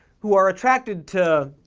who are attracted to.